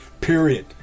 period